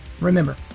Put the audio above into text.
Remember